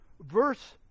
verse